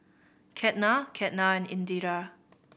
Ketna Ketna and Indira